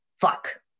Fuck